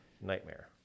Nightmare